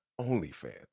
OnlyFans